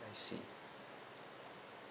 I see